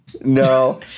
No